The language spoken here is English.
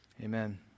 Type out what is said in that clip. Amen